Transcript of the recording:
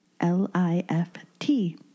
L-I-F-T